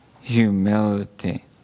humility